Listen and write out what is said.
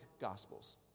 gospels